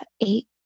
eight